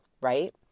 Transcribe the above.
right